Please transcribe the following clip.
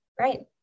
right